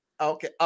Okay